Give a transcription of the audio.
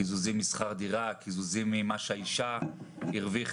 קיזוזים משכר דירה, קיזוזים ממה שהאישה הרוויחה,